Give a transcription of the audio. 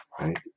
right